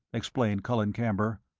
explained colin camber.